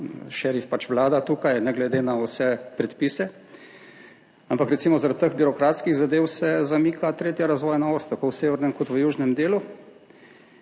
šerif pač tukaj vlada, ne glede na vse predpise. Ampak, recimo, zaradi teh birokratskih zadev se zamika tretja razvojna os tako v severnem kot v južnem delu,